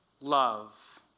love